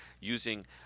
using